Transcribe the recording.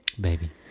Baby